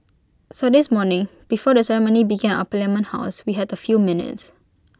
so this morning before the ceremony began at parliament house we had A few minutes